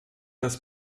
das